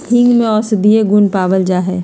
हींग में औषधीय गुण पावल जाहई